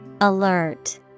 Alert